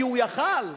כי הוא היה יכול?